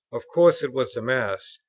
of course it was the mass,